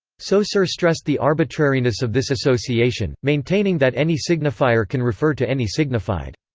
so saussure stressed the arbitrariness of this association, maintaining that any signifier can refer to any signified.